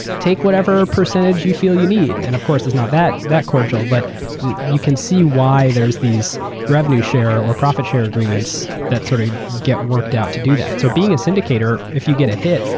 take whatever percentage you feel you need. and and of course, it's not that that cordial, but you can see why there's this revenue share or profit share agreements that sort of get worked out to do that. so being a syndicator, if you get a hit,